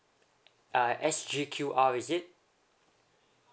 uh S_G_Q_R is it